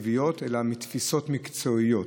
לא מסיבות תקציביות אלא מתפיסות מקצועיות.